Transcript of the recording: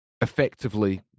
effectively